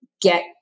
Get